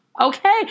Okay